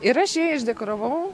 ir aš jai išdekoravau